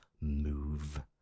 move